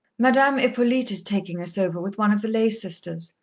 madame hippolyte is taking us over, with one of the lay-sisters,